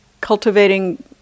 cultivating